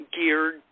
geared